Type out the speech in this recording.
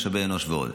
משאבי אנוש ועוד.